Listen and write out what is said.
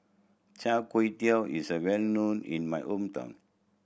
Char Kway Teow is a well known in my hometown